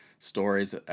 stories